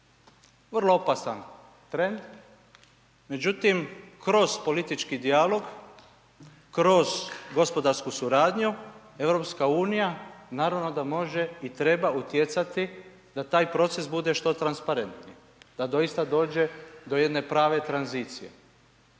Vrlo opasan trend, međutim, kroz politički dijalog, kroz gospodarsku suradnju EU, naravno da može i treba utjecati da taj proces bude što transparentniji, da doista dođe do jedne prave tranzicije.